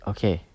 Okay